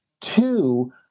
Two